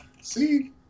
See